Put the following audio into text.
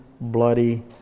bloody